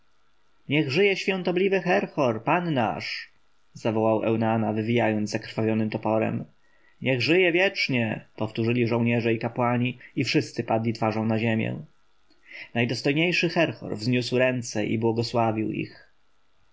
niech żyje świątobliwy herhor pan nasz zawołał eunana wywijając zakrwawionym toporem niech żyje wiecznie powtórzyli żołnierze i kapłani i wszyscy padli twarzą na ziemię najdostojniejszy herhor wzniósł ręce i błogosławił ich